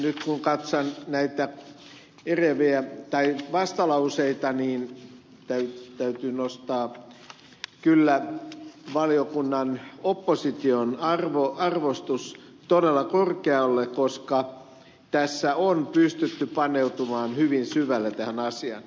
nyt kun katson näitä vastalauseita niin täytyy kyllä nostaa valiokunnan opposition arvostus todella korkealle koska tässä on pystytty paneutumaan hyvin syvälle tähän asiaan